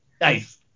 Nice